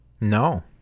No